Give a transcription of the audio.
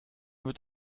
wird